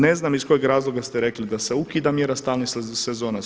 Ne znam iz kojeg razloga ste rekli da se ukida mjera stalni sezonac.